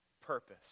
purpose